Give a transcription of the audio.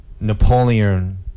Napoleon